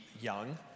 young